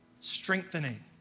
Strengthening